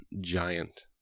giant